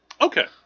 Okay